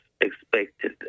expected